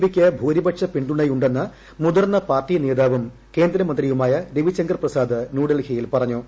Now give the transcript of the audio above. P ക്ക് ഭൂരിപക്ഷ പിന്തുണയുണ്ടെന്ന് മുതിർന്ന പാർട്ടി നേതാവും കേന്ദ്രമന്ത്രിയുമായ രവിശങ്കർ പ്രസാദ് ന്യൂഡൽഹിയിൽ പറ്റഞ്ഞു